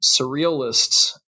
surrealists